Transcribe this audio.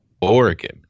Oregon